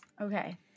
Okay